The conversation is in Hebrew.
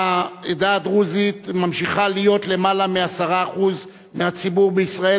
העדה הדרוזית ממשיכה להיות למעלה מ-10% מהציבור בישראל,